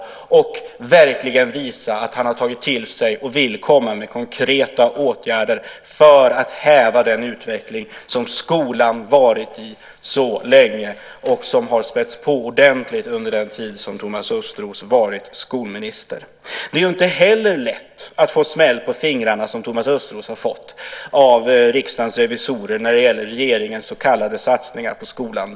Han borde verkligen visa att han har tagit till sig dem och att han vill komma med konkreta åtgärder för att häva den utveckling som skolan varit i så länge och som har spätts på ordentligt under den tid som Thomas Östros varit skolminister. Det är inte heller lätt att få smäll på fingrarna, som Thomas Östros har fått av Riksdagens revisorer när det gäller regeringens så kallade satsningar på skolan.